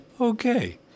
Okay